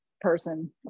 person